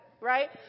right